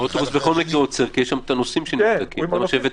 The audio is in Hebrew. מצד